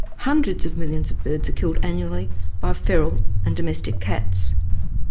hundreds of millions of birds are killed annually by feral and domestic cats.